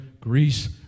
Greece